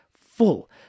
full